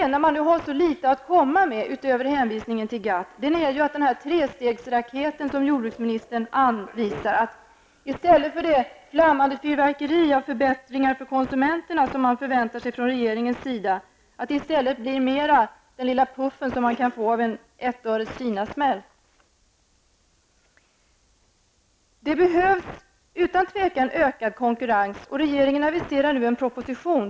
När man nu har så litet att komma med, utöver hänvisningen till GATT, är ju risken att den här trestegsraketen, som jordbruksministern anvisar, i stället för det flammande fyrverkeri av förbättringar för konsumenterna som man förväntar sig från regeringens sida blir mer av den lilla puffen som man kan få av en ''Kinasmäll''. Det behövs utan tvivel ökad konkurrens, och regeringen aviserar nu en proposition.